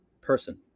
person